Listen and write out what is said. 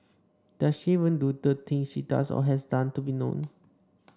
does she even do the things she does or has done to be known